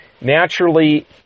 naturally